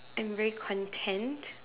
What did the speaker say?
I am very content